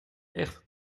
echt